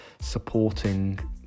supporting